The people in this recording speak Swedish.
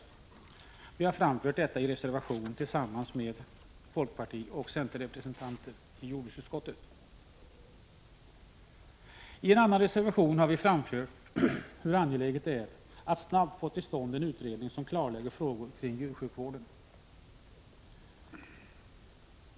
Detta har vi framfört i en reservation tillsammans med folkparti-och — Prot. 1985/86:118 centerrepresentanterna i jordbruksutskottet. 16 april 1986 I en annan reservation har vi framhållit hur angeläget det är att vi snabbt får till stånd en utredning som klarlägger frågor kring djursjukvården.